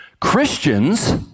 Christians